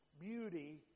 beauty